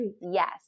yes